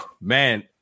Man